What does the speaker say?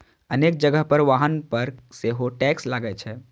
अनेक जगह पर वाहन पर सेहो टैक्स लागै छै